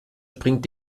springt